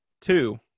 Two